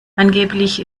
angeblich